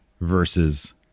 versus